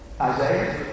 Isaiah